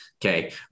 Okay